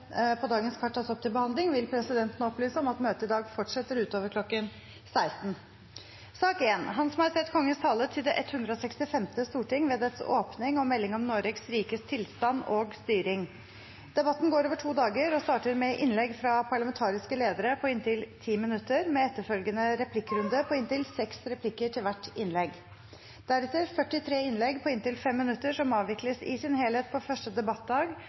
vil presidenten opplyse om at møtet i dag fortsetter utover kl. 16. Debatten går over to dager og starter med innlegg fra parlamentariske ledere på inntil 10 minutter, med etterfølgende replikkrunde på inntil seks replikker til hvert innlegg, deretter 43 innlegg på inntil 5 minutter, som avvikles i sin helhet på første debattdag